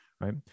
Right